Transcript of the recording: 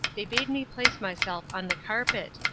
they bade me place myself on the carpet,